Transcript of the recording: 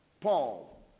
Paul